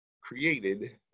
created